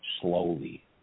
Slowly